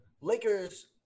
Lakers